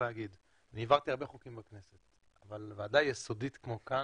שהעברתי הרבה חוקים בכנסת אבל ועדה יסודית כמו כאן,